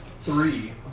Three